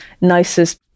nicest